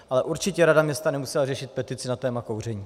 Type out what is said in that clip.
Ale určitě rada města nemusela řešit petici na téma kouření.